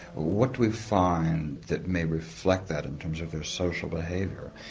what do we find that may reflect that in terms of their social behaviour?